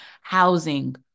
Housing